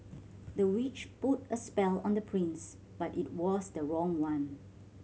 the witch put a spell on the prince but it was the wrong one